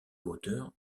hauteur